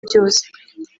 byose